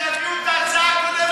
שיביאו את ההצעה הקודמת,